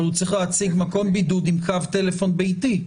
אבל הוא צריך להציג מקום בידוד עם קו טלפון ביתי.